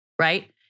right